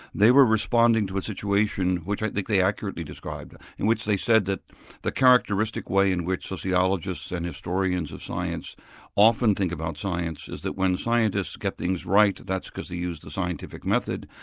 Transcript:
they were responding to a situation which i think they accurately describe in which they said that the characteristic way in which sociologists and historians of science often think about science is that when scientists get things right, that's because they use the scientific method,